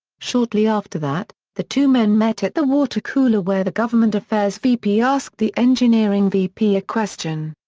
shortly after that, the two men met at the water cooler where the government affairs vp asked the engineering vp a question.